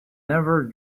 never